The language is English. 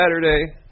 Saturday